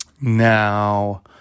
Now